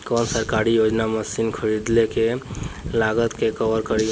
कौन सरकारी योजना मशीन खरीदले के लागत के कवर करीं?